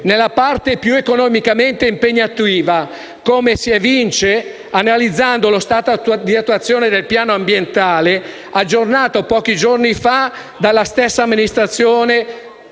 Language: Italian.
nella parte più economicamente impegnativa, come si evince analizzando lo stato di attuazione del piano ambientale, aggiornato pochi giorni fa dalla stessa amministrazione